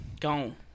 Gone